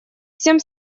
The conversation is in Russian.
всем